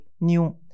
new